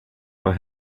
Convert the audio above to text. for